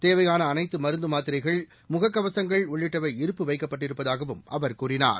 தேவையான அனைத்து மருந்து மாத்திரைகள் முகக்கவசங்கள் உள்ளிட்டவை இருப்பு வைக்கப்பட்டிருப்பதாகவும் அவர் கூறினார்